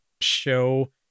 show